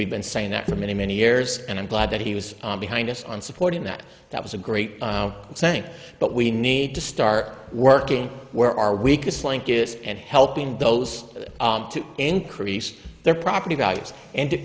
we've been saying that for many many years and i'm glad that he was behind us on supporting that that was a great sank but we need to start working where our weakest link is and helping those to increase their property values and